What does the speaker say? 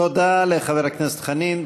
תודה לחבר הכנסת חנין.